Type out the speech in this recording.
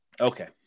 Okay